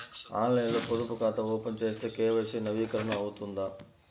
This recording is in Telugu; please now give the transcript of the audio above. ఆన్లైన్లో పొదుపు ఖాతా ఓపెన్ చేస్తే కే.వై.సి నవీకరణ అవుతుందా?